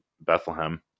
Bethlehem